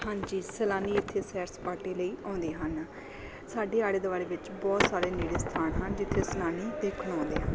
ਹਾਂਜੀ ਸੈਲਾਨੀ ਇੱਥੇ ਸੈਰ ਸਪਾਟੇ ਲਈ ਆਉਂਦੇ ਹਨ ਸਾਡੇ ਆਲੇ ਦੁਆਲੇ ਵਿੱਚ ਬਹੁਤ ਸਾਰੇ ਨੇੜੇ ਸਥਾਨ ਹਨ ਜਿੱਥੇ ਸੈਲਾਨੀ ਦੇਖਣ ਆਉਂਦੇ ਹਨ